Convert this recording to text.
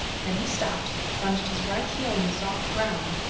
then he stopped, plunged his right heel in the soft ground,